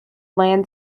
land